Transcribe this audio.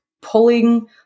pulling